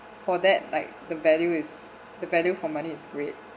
for that like the value is the value for money is great